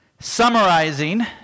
summarizing